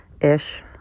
ish